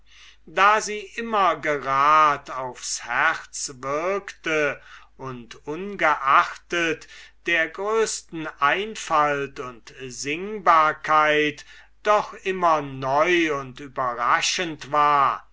da sie immer gerad aufs herz wirkte und ungeachtet der größten einfalt und singbarkeit doch immer neu und überraschend war